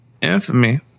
Infamy